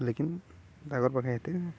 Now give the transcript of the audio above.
ଲେକିନ୍ ତାଗର ପାଖେ ଏତେ